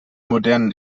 modernen